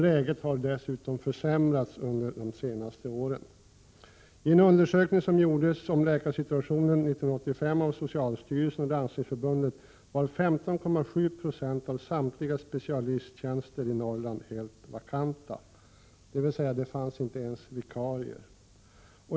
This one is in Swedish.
Läget har dessutom försämrats under de senaste åren. Enligt en undersökning om läkarsituationen som gjordes 1985 av socialstyrelsen och Landstingsförbundet var 15,7 20 av samtliga specialisttjänster i Norrland helt vakanta, dvs. det fanns inte ens vikarier.